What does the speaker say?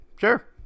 sure